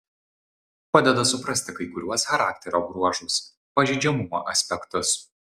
padeda suprasti kai kuriuos charakterio bruožus pažeidžiamumo aspektus